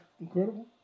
incredible